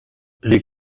les